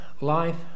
life